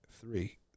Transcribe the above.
three